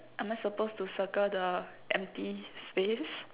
am I supposed to circle the empty space